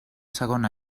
segon